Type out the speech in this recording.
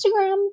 Instagram